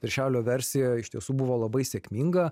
viršelio versija iš tiesų buvo labai sėkminga